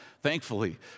thankfully